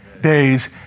days